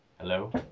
Hello